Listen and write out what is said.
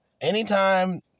Anytime